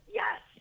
yes